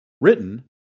written